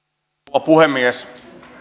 rouva puhemies